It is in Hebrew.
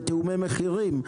ותיאומי מחירים,